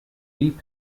deep